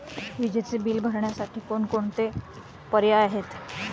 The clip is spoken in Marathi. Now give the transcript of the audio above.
विजेचे बिल भरण्यासाठी कोणकोणते पर्याय आहेत?